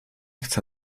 chcę